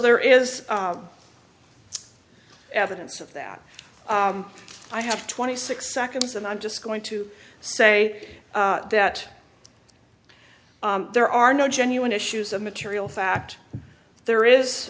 there is evidence of that i have twenty six seconds and i'm just going to say that there are no genuine issues of material fact there is